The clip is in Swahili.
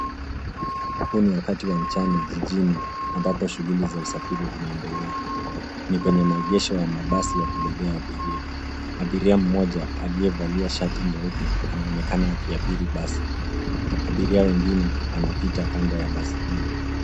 Huu ni wakati wa mchana jijini ambapo shughuli za usafiri zinaendelea. Ni kwenye maegesho ya mabasi ya kubebea abiria. Abiria mmoja aliyevalia shati nyeupe anaonekana akiabiri basi. Abiria wengine wanapita kando ya basi hili.